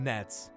Nets